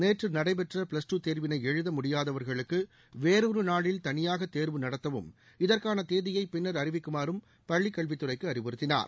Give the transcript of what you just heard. நேற்று நடைபெற்ற plus two தேர்வினை எழுத முடியாதவர்களுக்கு வேறொரு நாளில் தனியாக தேர்வு நடத்தவும் இதற்கான தேதியை பின்னா அறிவிக்குமாறும் பள்ளிக் கல்விரத்துறைக்கு அறிவுறுத்தினார்